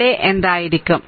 അവിടെ എന്തായിരിക്കും